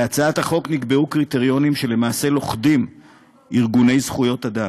בהצעת החוק נקבעו קריטריונים שלמעשה לוכדים ארגוני זכויות אדם,